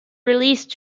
released